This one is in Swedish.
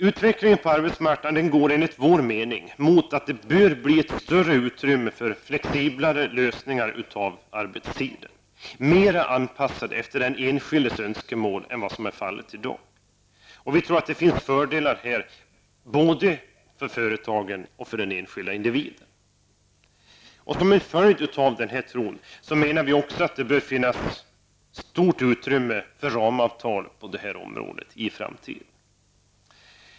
Utvecklingen på arbetsmarknaden går enligt vår mening mot att det bör bli ett större utrymme för flexiblare lösningar när det gäller arbetstiden. Arbetstiden skall vara mera anpassad efter den enskildes önskemål än vad som är fallet i dag. Vi tror att det medför fördelar både för företagen och den enskilde individen. Som en följd av den här tron menar vi också att det bör finnas stort utrymme för ramavtal på det här området i framtiden.